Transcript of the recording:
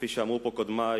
כפי שאמרו פה קודמי,